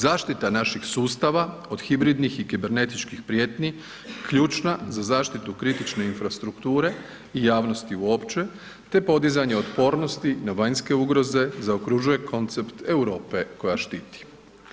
Zaštita naših sustava od hibridnih i kibernetičkih prijetnji, ključna za zaštitu kritične infrastrukture i javnosti uopće te podizanje otpornosti na vanjske ugroze zaokružuje koncept Europe koja štiti.